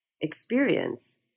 experience